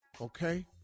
Okay